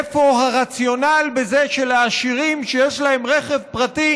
איפה הרציונל בזה שלעשירים שיש להם רכב פרטי